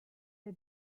der